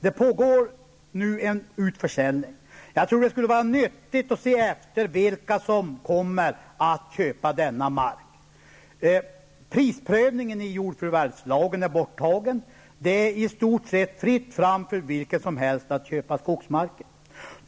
Det pågår nu en utförsäljning, och jag tror att det skulle vara nyttigt att se efter vilka som köper denna mark. Prisprövningen är gjord, och förvärvslagen är borttagen, och det är i stort sett fritt fram för vem som helst att köpa skogsmark.